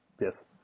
Yes